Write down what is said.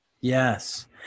Yes